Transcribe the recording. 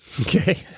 Okay